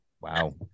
Wow